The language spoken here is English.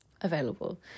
available